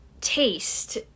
taste